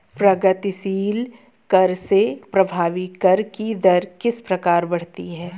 प्रगतिशील कर से प्रभावी कर की दर किस प्रकार बढ़ती है?